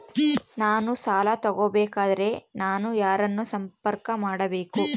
ನಾನು ಸಾಲ ತಗೋಬೇಕಾದರೆ ನಾನು ಯಾರನ್ನು ಸಂಪರ್ಕ ಮಾಡಬೇಕು?